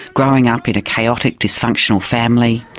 growing up in a chaotic, dysfunctional family,